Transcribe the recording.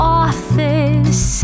office